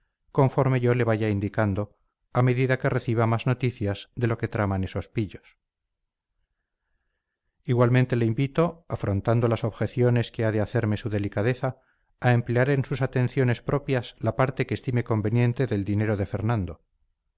conforme yo le vaya indicando a medida que reciba más noticias de lo que traman esos pillos igualmente le invito afrontando las objeciones que ha de hacerme su delicadeza a emplear en sus atenciones propias la parte que estime conveniente del dinero de fernando